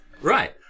Right